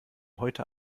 heute